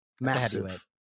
massive